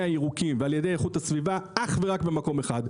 הירוקים ואיכות הסביבה אך ורק במקום אחד,